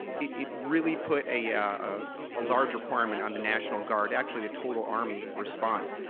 it really put a yeah ah a large requirement on the national guard. actually the total army response.